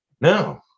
No